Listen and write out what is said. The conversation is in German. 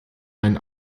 mein